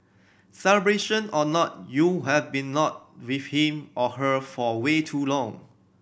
celebration or not you have been not with him or her for way too long